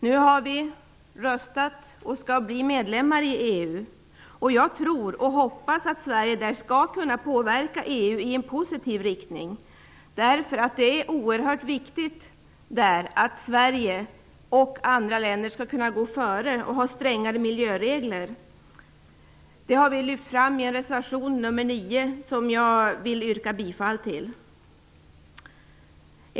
Nu har vi röstat och skall bli medlemmar i EU. Jag hoppas och tror att Sverige där skall kunna påverka EU i positiv riktning. Det är oerhört viktigt att Sverige och andra länder skall kunna gå före med strängare miljöregler. Detta har vi lyft fram i reservation 9, som jag yrkar bifall till.